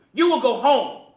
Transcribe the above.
you will go home,